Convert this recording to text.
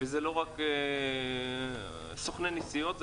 ואלה לא רק סוכני נסיעות,